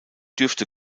dürfte